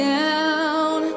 down